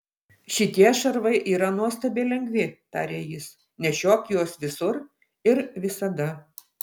šitie šarvai yra nuostabiai lengvi tarė jis nešiok juos visur ir visada